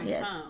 Yes